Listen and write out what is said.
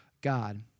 God